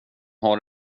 har